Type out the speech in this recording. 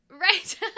Right